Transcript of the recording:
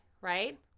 right